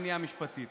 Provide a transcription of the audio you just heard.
מניעה משפטית.